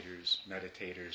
meditators